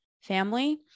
family